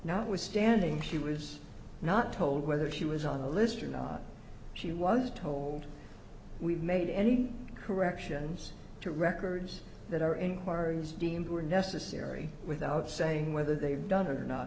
not withstanding she was not told whether she was on the list or not she was told we made any corrections to records that our inquiries deemed were necessary without saying whether they've done or not